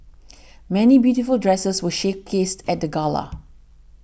many beautiful dresses were showcased at the gala